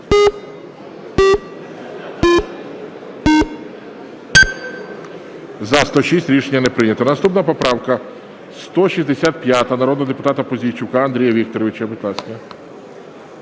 За-106 Рішення не прийнято. Наступна поправка 165 народного депутата Пузійчука Андрія Вікторовича. Будь ласка.